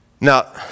Now